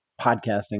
podcasting